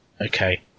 okay